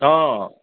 অঁ